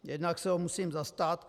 Jednak se ho musím zastat.